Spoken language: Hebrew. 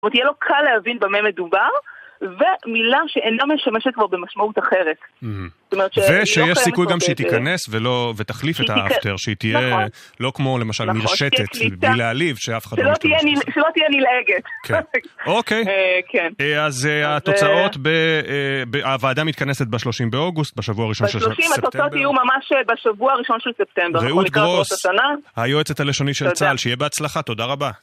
זאת אומרת, יהיה לו קל להבין במה מדובר, ומילה שאינם משמשת בו במשמעות אחרת. ושיש סיכוי גם שהיא תיכנס ותחליף את האפטר, שהיא תהיה לא כמו למשל מרשתת, בלי להעליב, שאף אחד לא משתמש בזה. שלא תהיה נלעגת. כן. אוקיי, אז התוצאות, הוועדה מתכנסת ב-30 באוגוסט, בשבוע הראשון של ספטמבר. ב-30 התוצאות יהיו ממש בשבוע הראשון של ספטמבר. רעות גרוס, היועצת הלשוני של צה"ל, שיהיה בהצלחה, תודה רבה.